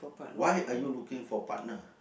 why are you looking for partner